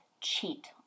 cheat